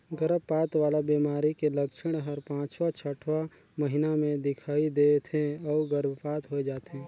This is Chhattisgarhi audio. गरभपात वाला बेमारी के लक्छन हर पांचवां छठवां महीना में दिखई दे थे अउ गर्भपात होय जाथे